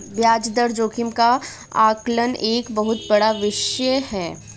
ब्याज दर जोखिम का आकलन एक बहुत बड़ा विषय है